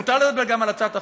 מותר לדבר גם על הצעת החוק,